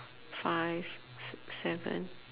five six seven